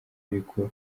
ariko